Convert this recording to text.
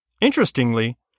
Interestingly